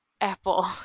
apple